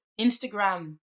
Instagram